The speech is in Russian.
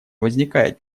возникает